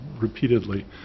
Repeatedly